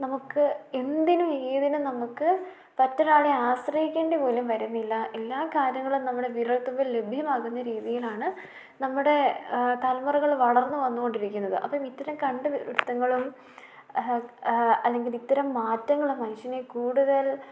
നമുക്ക് എന്തിനും ഏതിനും നമുക്ക് മറ്റൊരാളെ ആശ്രയിക്കേണ്ടി പോലും വരുന്നില്ല എല്ലാ കാര്യങ്ങളും നമ്മുടെ വിരൽത്തുമ്പിൽ ലഭ്യമാകുന്ന രീതിയിലാണ് നമ്മുടെ തലമുറകൾ വളർന്നു വന്നു കൊണ്ടിരിക്കുന്നത് അപ്പം ഇത്തരം കണ്ടു പിടുത്തങ്ങളും അല്ലെങ്കിലിത്തരം മാറ്റങ്ങളും മനുഷ്യനെ കൂടുതൽ